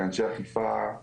כאנשי אכיפה,